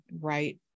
right